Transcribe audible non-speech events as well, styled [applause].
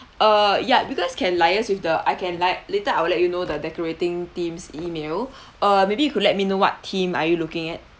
uh ya because can liaise with the I can li~ later I will let you know the decorating teams' email [breath] uh maybe you could let me know what theme are you looking at